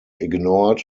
ignored